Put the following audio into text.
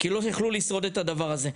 כי לא יכלו לשרוד את הדבר הזה.